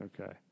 Okay